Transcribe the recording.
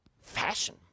Fashion